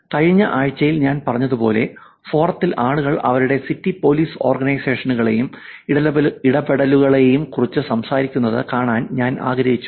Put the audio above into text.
കഴിഞ്ഞ ആഴ്ചയിൽ ഞാൻ പറഞ്ഞതുപോലെ ഫോറത്തിൽ ആളുകൾ അവരുടെ സിറ്റി പോലീസ് ഓർഗനൈസേഷനുകളെയും ഇടപെടലുകളെയും കുറിച്ച് സംസാരിക്കുന്നത് കാണാൻ ഞാൻ ആഗ്രഹിക്കുന്നു